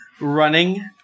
running